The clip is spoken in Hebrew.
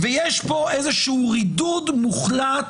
יש כאן איזשהו רידוד מוחלט,